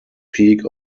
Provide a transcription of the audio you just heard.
peak